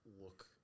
look